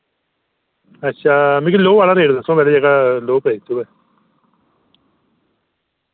अच्छा मिकी लोह् आह्ला रेट दस्सो पैह्ले जेह्का लोह् रेट च होऐ